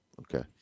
Okay